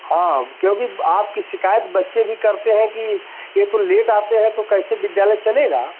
हाँ अब क्योंकि आपकी शिकायत बच्चे भी करते हैं कि ये तो लेट आते हें तो कैसे विद्यालय चलेगा